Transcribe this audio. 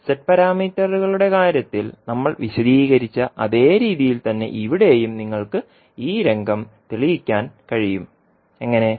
z പാരാമീറ്ററുകളുടെ കാര്യത്തിൽ നമ്മൾ വിശദീകരിച്ച അതേ രീതിയിൽ തന്നെ ഇവിടെയും നിങ്ങൾക്ക് ഈ രംഗം തെളിയിക്കാൻ കഴിയും എങ്ങനെ